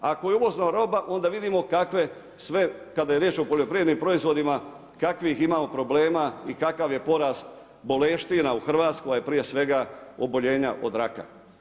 Ako je uvozna roba onda vidimo kakve sve kada je riječ o poljoprivrednim proizvodima kakvih imamo problema i kakav je porast boleština u Hrvatskoj, a prije svega oboljenja od raka.